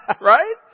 Right